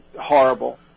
horrible